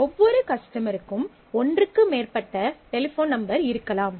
ஒவ்வொரு கஸ்டமருக்கும் ஒன்றுக்கு மேற்பட்ட டெலிபோன் நம்பர் இருக்கலாம்